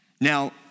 Now